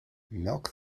milk